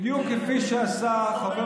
אתה עושה צחוק,